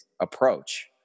approach